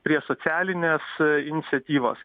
prie socialinės iniciatyvos